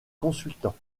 consultant